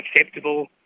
acceptable